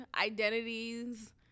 identities